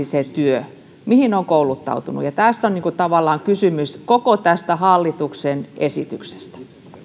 se työ mihin on kouluttautunut ja tästä tavallaan on kysymys koko tässä hallituksen